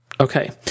okay